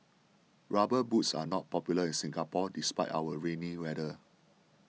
rubber boots are not popular in Singapore despite our rainy weather